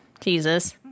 Jesus